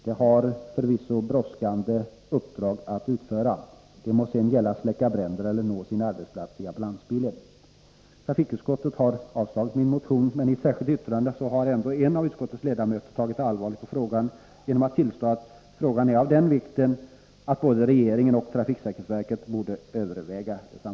De har förvisso brådskande uppdrag att utföra — det må sedan gälla för dem att släcka bränder eller att nå sin arbetsplats i ambulansbilen. Trafikutskottet har avstyrkt min motion. Men i ett särskilt yttrande har ändå en av utskottets ledamöter tagit allvarligt på frågan genom att tillstå att frågan är av den vikten, att både regeringen och trafiksäkerhetsverket borde överväga den.